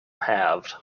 halved